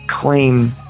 claim